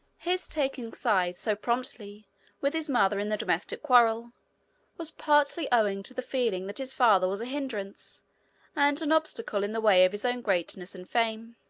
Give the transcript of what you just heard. his taking sides so promptly with his mother in the domestic quarrel was partly owing to the feeling that his father was a hindrance and an obstacle in the way of his own greatness and fame.